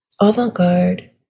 avant-garde